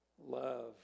love